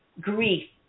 grief